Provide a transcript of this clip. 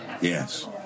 Yes